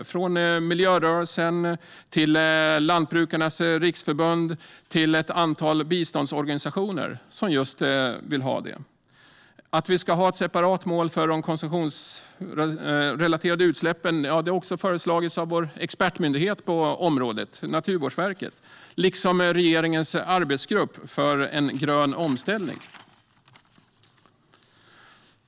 Alltifrån miljörörelsen till Lantbrukarnas Riksförbund och ett antal biståndsorganisationer vill ha detta. Att vi ska ha ett separat mål för konsumtionsrelaterade utsläpp har även föreslagits av expertmyndigheten på området, Naturvårdsverket, liksom av regeringens arbetsgrupp för en grön omställning.